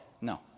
no